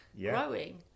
growing